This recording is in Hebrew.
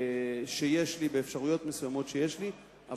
באפשרויות מסוימות שיש לי,